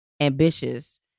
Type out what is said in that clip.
ambitious